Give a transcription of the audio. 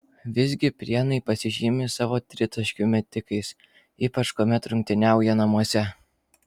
visgi prienai pasižymi savo tritaškių metikais ypač kuomet rungtyniauja namuose